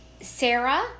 Sarah